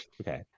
Okay